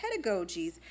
pedagogies